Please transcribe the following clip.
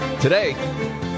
Today